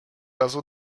razu